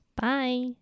Bye